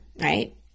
right